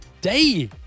day